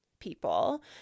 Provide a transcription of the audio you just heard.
people